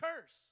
curse